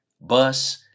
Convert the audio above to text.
Bus